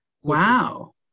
Wow